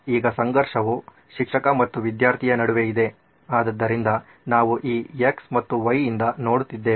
ಈಗ ಸಂಘರ್ಷವು ಶಿಕ್ಷಕ ಮತ್ತು ವಿದ್ಯಾರ್ಥಿಯ ನಡುವೆ ಇದೆ ಆದ್ದರಿಂದ ನಾವು ಈ x ಮತ್ತು y ನಿಂದ ನೋಡುತ್ತಿದ್ದೇವೆ